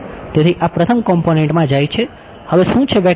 તેથી આ પ્રથમ કોમ્પોનેંટમાં જાય છે હવે શું છે વેક્ટર E